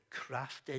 crafted